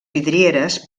vidrieres